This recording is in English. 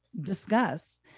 discuss